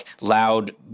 loud